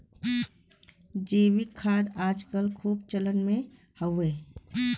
जैविक खाद आज कल खूबे चलन मे हउवे